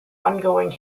ongoing